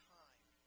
time